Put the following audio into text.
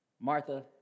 Martha